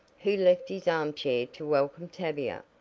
who left his armchair to welcome tavia.